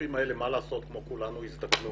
הקידוחים האלה, מה לעשות, כמו כולנו, הזדקנו